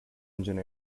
engine